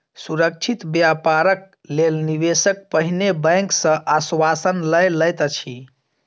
सुरक्षित व्यापारक लेल निवेशक पहिने बैंक सॅ आश्वासन लय लैत अछि